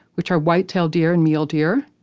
which are white-tailed deer and mule deer.